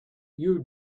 you